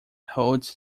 holds